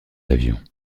avions